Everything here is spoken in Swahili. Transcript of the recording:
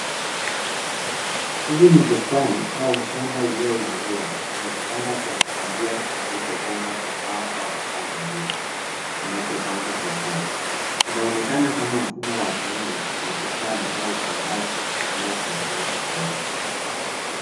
Hili ni bustani au shamba iliyo inuliwa yenye vitanda vya kupandia vilivyojengwa kwa mbao au vifaa vingine vinavyopangwa kwa safu. Inaonekana kama mfumo wa kilimo cha bustani au upandaji mimea kwa kiwango kidogo.